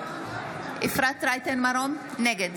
נגד